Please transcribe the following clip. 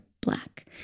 black